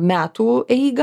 metų eigą